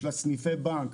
יש לה סניפי בנק,